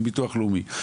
עם ביטוח לאומי,